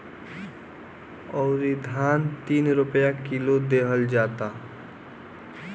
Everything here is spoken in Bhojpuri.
अउरी धान तीन रुपिया किलो देहल जाता